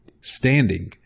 standing